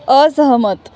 असहमत